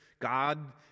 God